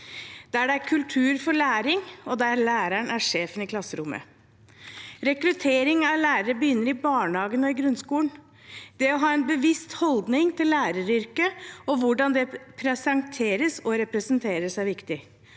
der det er kultur for læring, og der læreren er sjefen i klasserommet. Rekruttering av lærere begynner i barnehagen og grunnskolen. Det å ha en bevisst holdning til læreryrket og hvordan det presenteres og representeres, er viktig.